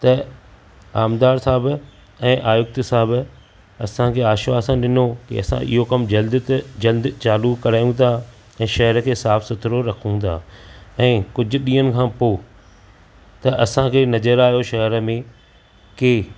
त आमदार साहबु ऐं आयुक्त साहब असां खे आशवासन ॾिनो कि असां इहो कमु जल्द ते जल्द चालू करायूं था ऐं शहर खे साफ़ सुथिरो रखूं था ऐं कुझु ॾींहंनु खां पोइ त असां खे नज़र आयो शहर में कि